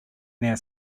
near